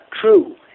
true